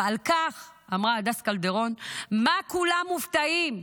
על כך אמרה הדס קלדרון: מה כולם מופתעים?